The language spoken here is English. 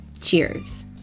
cheers